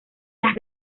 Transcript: las